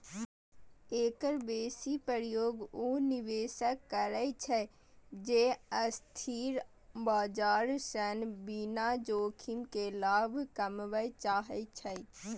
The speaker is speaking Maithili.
एकर बेसी प्रयोग ओ निवेशक करै छै, जे अस्थिर बाजार सं बिना जोखिम के लाभ कमबय चाहै छै